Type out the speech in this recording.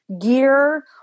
gear